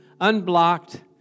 unblocked